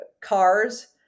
cars